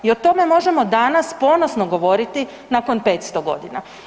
I o tome možemo danas ponosno govoriti danas nakon 500 godina.